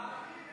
גם לערבים אין.